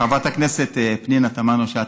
חברת הכנסת פנינה תמנו-שטה,